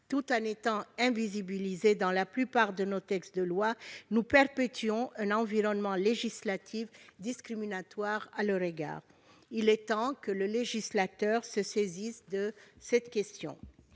et restent ignorées par la plupart de nos textes de loi, nous perpétuons un environnement législatif discriminatoire à leur égard. Il est temps que le législateur se saisisse de cette question.